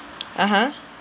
(uh huh)